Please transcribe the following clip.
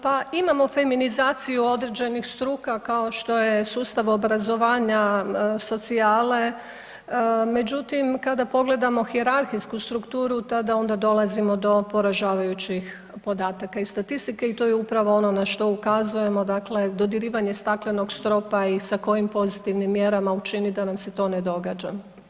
Pa imamo feminizaciju određenih struka kao što je sustav obrazovanja, socijale, međutim kada pogledamo hijerarhijsku strukturu tada onda dolazimo do poražavajućih podatak i statistike i to je upravo ono na što ukazujemo, dakle dodirivanje staklenog stropa i sa kojim pozitivnim mjerama učiniti da nam se to ne događa.